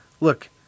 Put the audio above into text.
Look